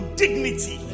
dignity